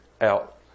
out